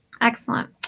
Excellent